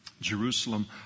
Jerusalem